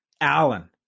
allen